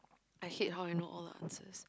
I hate how I know all the answers